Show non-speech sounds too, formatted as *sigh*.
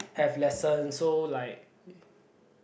have lesson so like *breath*